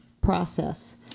process